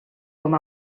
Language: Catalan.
com